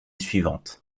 suivante